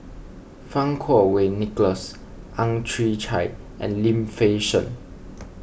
Fang Kuo Wei Nicholas Ang Chwee Chai and Lim Fei Shen